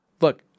Look